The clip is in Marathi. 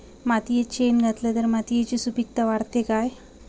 मातयेत शेण घातला तर मातयेची सुपीकता वाढते काय?